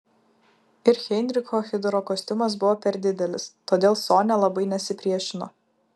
ir heinricho hidrokostiumas buvo per didelis todėl sonia labai nesipriešino